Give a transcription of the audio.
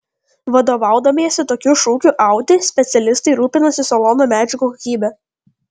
vadovaudamiesi tokiu šūkiu audi specialistai rūpinosi salono medžiagų kokybe